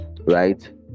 right